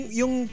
yung